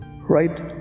right